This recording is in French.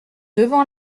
devant